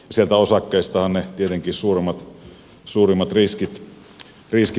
sieltä osakkeistahan tietenkin ne suurimmat riskit tulevat